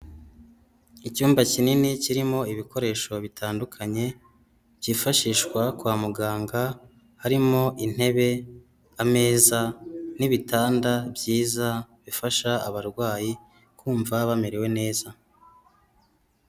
Icyumba kinini kirimo ibikoresho bitandukanye byifashishwa kwa muganga harimo intebe, ameza n'ibitanda byiza bifasha abarwayi kumva bamerewe neza.